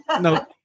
No